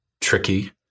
tricky